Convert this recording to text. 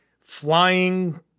flying